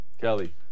Kelly